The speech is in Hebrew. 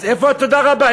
אז איפה התודה רבה?